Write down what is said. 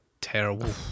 terrible